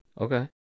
Okay